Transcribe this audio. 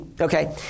Okay